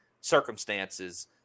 circumstances